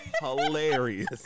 hilarious